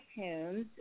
iTunes